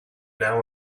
now